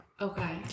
Okay